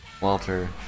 Walter